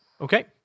Okay